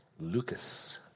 Lucas